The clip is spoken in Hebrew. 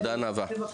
תודה נאווה.